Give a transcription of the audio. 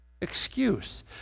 Excuse